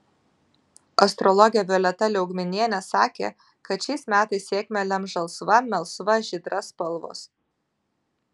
astrologė violeta liaugminienė sakė kad šiais metais sėkmę lems žalsva melsva žydra spalvos